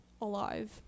alive